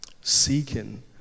seeking